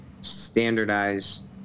standardized